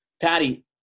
Patty